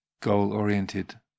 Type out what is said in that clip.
goal-oriented